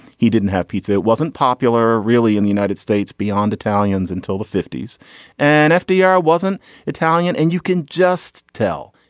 he didn't have pizza it wasn't popular really in the united states beyond italians until the fifty s and fdr wasn't italian. and you can just tell.